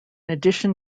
addition